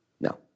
No